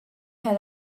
had